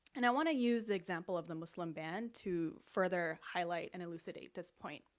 and i want to use the example of the muslim ban to further highlight and elucidate this point.